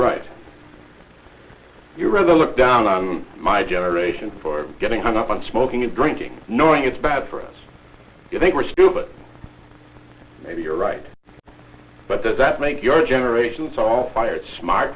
right you rather look down on my generation for getting hung up on smoking and drinking knowing it's bad for us you think we're stupid maybe you're right but does that make your generation so all fired smart